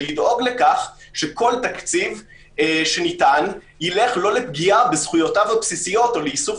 לדאוג לכך שכל תקציב שניתן ילך לא לפגיעה בזכויותיו הבסיסיות או לאיסוף